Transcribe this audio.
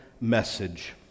message